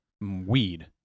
Weed